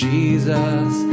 Jesus